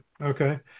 okay